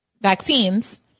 vaccines